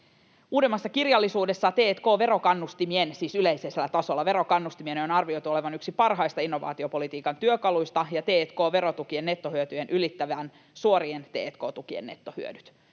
Uudemmassa kirjallisuudessa t&k-verokannustimien” — siis yleisellä tasolla verokannustimien — ”on arvioitu olevan yksi parhaista innovaatiopolitiikan työkaluista ja t&k-verotukien nettohyötyjen ylittävän suorien t&k-tukien nettohyödyt.”